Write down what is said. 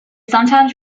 sometimes